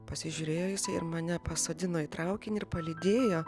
pasižiūrėjo jisai ir mane pasodino į traukinį ir palydėjo